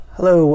Hello